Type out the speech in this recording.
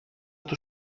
του